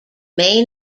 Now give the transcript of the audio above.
may